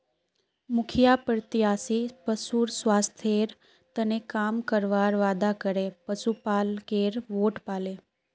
मुखिया प्रत्याशी पशुर स्वास्थ्येर तने काम करवार वादा करे पशुपालकेर वोट पाले